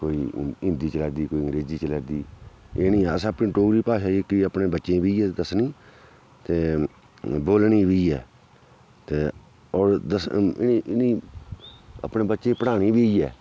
कोई हिंदी चला दी कोई अंग्रेजी चला दी एह् नि असें अपनी डोगरी भाशा जेह्की ऐ अपने बच्चें गी बी इयै दस्सनी ते बोलनी बी ऐ ते होर दस्स इनें ई इनें अपने बच्चें गी पढ़ानी बी इयै